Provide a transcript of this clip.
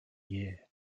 year